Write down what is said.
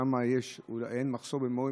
ששם אין מחסור במורים,